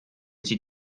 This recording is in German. sie